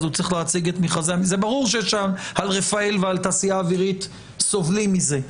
זה ברור שרפאל והתעשייה האווירית סובלות מזה,